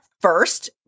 first